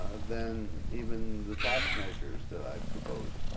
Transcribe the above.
ah than even the tax measures that i proposed.